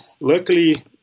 luckily